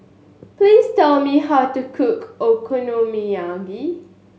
please tell me how to cook Okonomiyaki